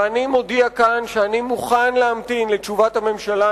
ואני מודיע כאן שאני מוכן להמתין לתשובת הממשלה.